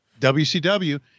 WCW